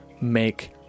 make